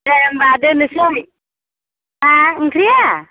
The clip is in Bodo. दे होनबा दोन्नोसै हा ओंख्रिया